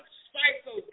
psycho